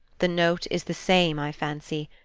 the note is the same, i fancy,